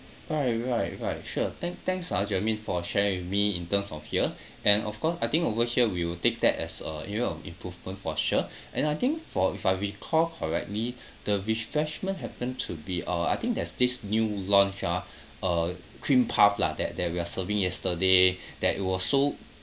alright right right sure tha~ thanks ah jermaine for sharing with me in terms of here and of course I think over here we'll take that as uh area of improvement for sure and I think for if I recall correctly the refreshment happen to be uh I think there's this new launch ah uh cream puff lah that that we are serving yesterday that it was so